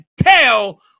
tell